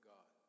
God